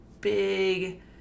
big